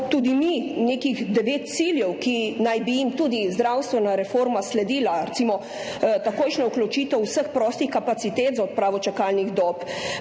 postavili nekih devet ciljev, ki naj bi jim sledila zdravstvena reforma, recimo takojšnja vključitev vseh prostih kapacitet za odpravo čakalnih dob,